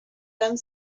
done